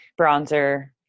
bronzer